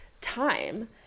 time